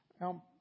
Now